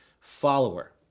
follower